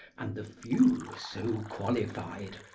and the few so qualified,